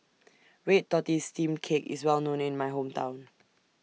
Red Tortoise Steamed Cake IS Well known in My Hometown